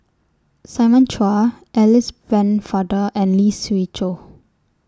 Simon Chua Alice Pennefather and Lee Siew Choh